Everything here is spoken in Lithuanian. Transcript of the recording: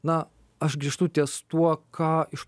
na aš grįžtu ties tuo ką iš